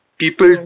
people